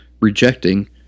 rejecting